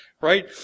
Right